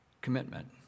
commitment